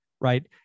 right